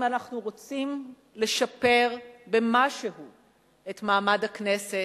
אם אנחנו רוצים לשפר במשהו את מעמד הכנסת,